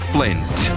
Flint